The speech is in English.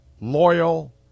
loyal